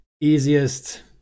easiest